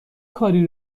کاری